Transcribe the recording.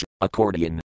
accordion